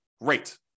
great